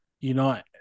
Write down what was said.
unite